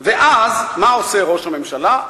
ואז, מה עושה ראש הממשלה?